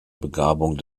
begabung